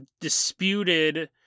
disputed